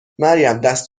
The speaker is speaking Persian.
مریم، دست